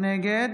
נגד